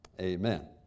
Amen